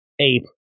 ape